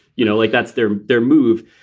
you know, like that's their their move.